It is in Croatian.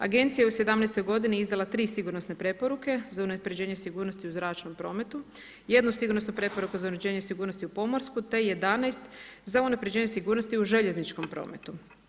Agencija je u '17. g izdala 3 sigurnosne preporuke za unapređenje sigurnosti u zračnom prometu, jednu sigurnosnu preporuku za unapređenje sigurnosti u pomorsku te 11 za unapređenje sigurnosti u željezničkom prometu.